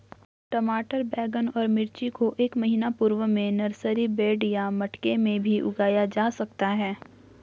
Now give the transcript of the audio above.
टमाटर बैगन और मिर्ची को एक महीना पूर्व में नर्सरी बेड या मटके भी में उगाया जा सकता है